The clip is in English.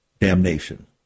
damnation